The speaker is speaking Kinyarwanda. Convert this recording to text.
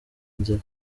nzira